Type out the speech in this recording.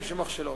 אין שום מכשלות.